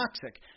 toxic